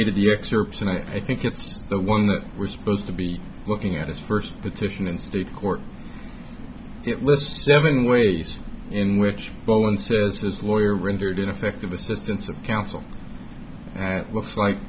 eight of the excerpts and i think it's the one that we're supposed to be looking at his first petition in state court it lists seven ways in which bowen says his lawyer rendered ineffective assistance of counsel and it looks like